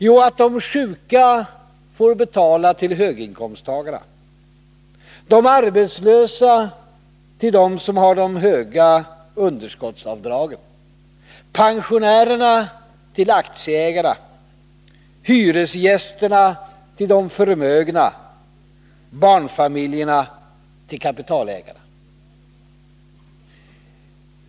Jo, att de sjuka får betala till höginkomsttagarna, de arbetslösa till dem som har de stora underskottsavdragen, pensionärerna till aktieägarna, hyresgästerna till de förmögna, barnfamiljerna till kapitalägarna.